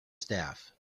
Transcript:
staff